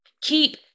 keep